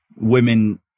Women